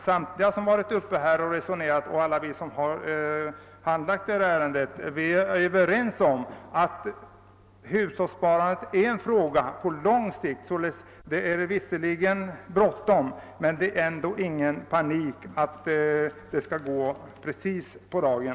Samtliga som har deltagit i denna debatt och alla vi som handlagt detta ärende är överens om att frågan om hushållssparande måste ses på lång sikt. Således är det visserligen bråttom, men det är ändå ingen anledning till panik och ärendet behöver inte vara slutbehandlat precis på dagen.